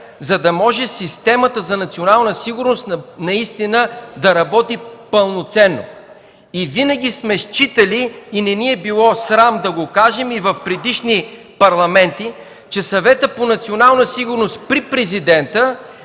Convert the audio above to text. за да може системата за национална сигурност наистина да работи пълноценно. Винаги сме считали и не ни е било срам да го кажем и в предишни парламенти, че Съветът за национална сигурност при Президента